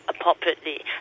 appropriately